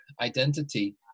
identity